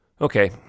Okay